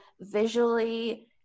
visually